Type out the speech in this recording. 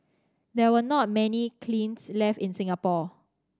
there were not many kilns left in Singapore